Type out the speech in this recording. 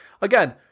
Again